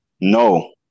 No